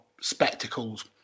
spectacles